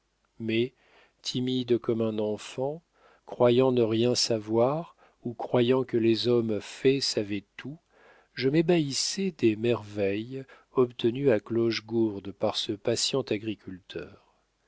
mais timide comme un enfant croyant ne rien savoir ou croyant que les hommes faits savaient tout je m'ébahissais des merveilles obtenues à clochegourde par ce patient agriculteur